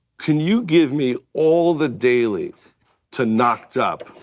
can you give me all the dailies to knocked up?